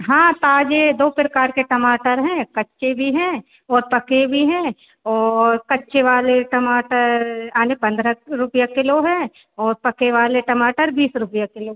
हाँ ताज़ा दो प्रकार के टमाटर हैं कच्चे भी हैं और पके भी हैं और कच्चे वाले टमाटर आर पंद्रह रुपये किलो हैं और पके वाले टमाटर बीस रुपया किलो